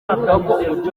igihugu